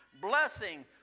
blessing